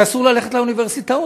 שאסור ללכת לאוניברסיטאות,